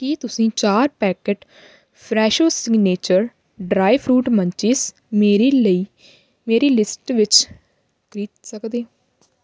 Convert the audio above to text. ਕੀ ਤੁਸੀਂ ਚਾਰ packet Fresho signature dry fruit munchies ਮੇਰੀ ਲਈ ਮੇਰੀ ਲਿਸਟ ਵਿੱਚ ਖਰੀਦ ਸਕਦੇ